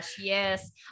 Yes